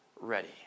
ready